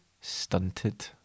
stunted